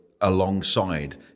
alongside